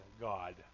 God